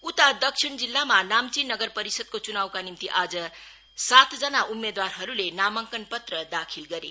उता दक्षिण जिल्लामा नाम्ची नगर परिषदको च्नावका निम्ति आज सात जना उम्मेदवारहरूले नामाकनपत्र दाखिल गरे